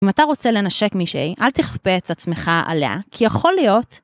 אם אתה רוצה לנשק מישהי, אל תכפה עצמך עליה, כי יכול להיות...